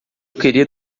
queria